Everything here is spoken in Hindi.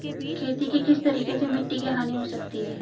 खेती के किस तरीके से मिट्टी की हानि हो सकती है?